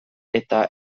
eta